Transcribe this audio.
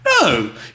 No